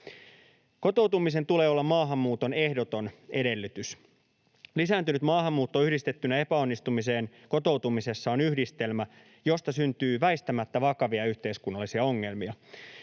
Kotoutumisen tulee olla maahanmuuton ehdoton edellytys. Lisääntynyt maahanmuutto yhdistettynä epäonnistumiseen kotoutumisessa on yhdistelmä, josta syntyy väistämättä vakavia yhteiskunnallisia ongelmia.